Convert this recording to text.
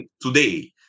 today